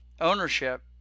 ownership